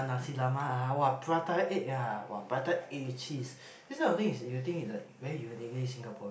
Nasi-Lemak ah !wah! prata egg ah !wah! prata egg with cheese this kind of thing is you think like very uniquely Singaporean